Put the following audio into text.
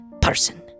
person